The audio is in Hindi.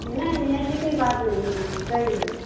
नहीं नहीं ऐसी कोई बात नहीं है दीदी सही है